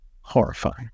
Horrifying